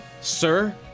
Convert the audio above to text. Sir